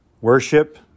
worship